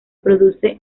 produce